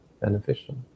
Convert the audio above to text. beneficial